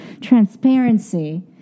transparency